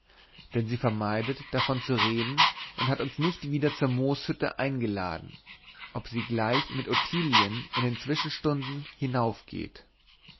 denn sie vermeidet davon zu reden und hat uns nicht wieder zur mooshütte eingeladen ob sie gleich mit ottilien in den zwischenstunden